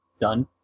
Done